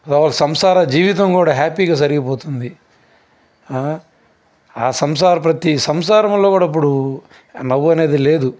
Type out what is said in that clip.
వాళ్ళ సంసార జీవితం కూడా హ్యాపీగా జరిగిపోతుంది ఆ సంసారం ప్రతి సంసారంలో కూడా అప్పుడు నవ్వు అనేది లేదు